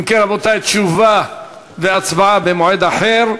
אם כן, רבותי, תשובה והצבעה במועד אחר.